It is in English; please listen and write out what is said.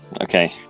Okay